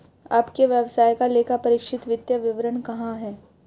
आपके व्यवसाय का लेखापरीक्षित वित्तीय विवरण कहाँ है?